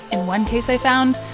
in one case i found,